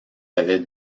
avait